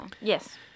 Yes